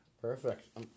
Perfect